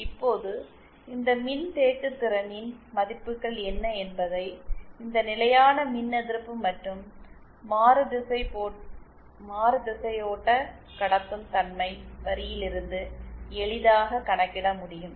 இப்போது இந்த மின்தேக்குதிறனின் மதிப்புகள் என்ன என்பதை இந்த நிலையான மின் எதிர்ப்பு மற்றும் மாறுதிசையோட்டகடத்தும் தன்மை வரியிலிருந்து எளிதாக கணக்கிட முடியும்